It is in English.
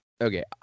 Okay